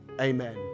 amen